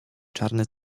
czarny